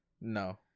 no